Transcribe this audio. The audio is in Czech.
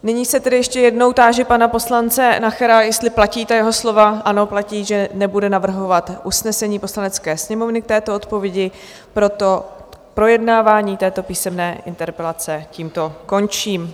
Nyní se tedy ještě jednou táži pana poslance Nachera, jestli platí ta jeho slova ano, platí že nebude navrhovat usnesení Poslanecké sněmovny k této odpovědi, proto projednávání této písemné interpelace tímto končím.